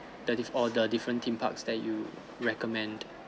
that is all the different theme parks that you recommend